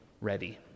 ready